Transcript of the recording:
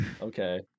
okay